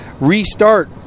restart